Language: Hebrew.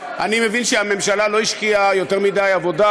אני מבין שהממשלה לא השקיעה יותר מדי עבודה